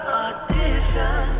audition